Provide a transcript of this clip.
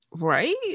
Right